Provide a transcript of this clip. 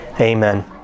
Amen